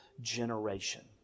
generation